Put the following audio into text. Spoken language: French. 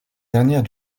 dernière